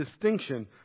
distinction